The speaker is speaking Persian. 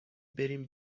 بریم